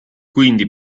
quindi